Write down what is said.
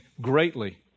greatly